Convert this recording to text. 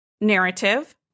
narrative